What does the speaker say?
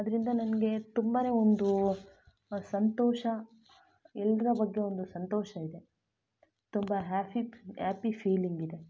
ಅದರಿಂದ ನನಗೆ ತುಂಬಾ ಒಂದು ಸಂತೋಷ ಎಲ್ಲರ ಬಗ್ಗೆ ಒಂದು ಸಂತೋಷ ಇದೆ ತುಂಬ ಹ್ಯಾಪಿ ಆಪಿ ಫೀಲಿಂಗಿದೆ